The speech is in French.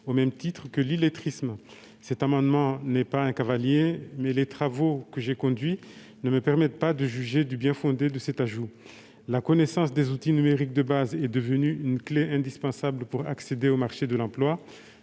au même titre que l'illettrisme. Il ne s'agit pas d'un cavalier, mais les travaux que j'ai conduits ne me permettent pas de juger du bien-fondé de cet ajout. La connaissance des outils numériques de base est devenue une clé indispensable pour accéder au marché de l'emploi.